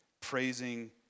praising